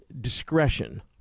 discretion